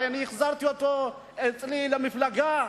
הרי אני החזרתי אותו אלי למפלגה.